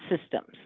systems